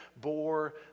bore